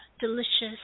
delicious